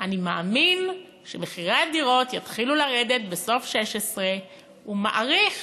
אני מאמין שמחירי הדירות יתחילו לרדת בסוף 16' ומעריך